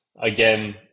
again